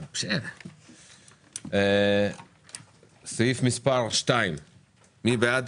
6 נגד 0 נמנעים 0 הסעיף אושר סעיף מספר 2 הצבעה בעד